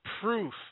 proof